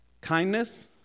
kindness